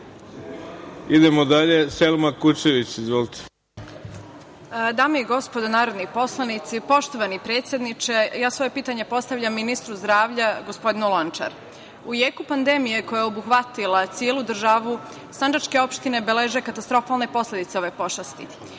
**Selma Kučević** Zahvaljujem. Dame i gospodo narodni poslanici, poštovani predsedniče, ja svoje pitanje postavljam ministru zdravlja, gospodinu Lončar.U jeku pandemije koja je obuhvatila celu državu sandžačke opštine beleže katastrofalne posledice ove pošasti.